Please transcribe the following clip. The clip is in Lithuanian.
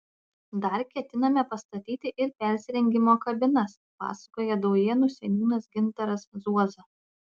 dar ketiname pastatyti ir persirengimo kabinas pasakoja daujėnų seniūnas gintaras zuoza